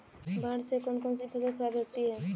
बाढ़ से कौन कौन सी फसल खराब हो जाती है?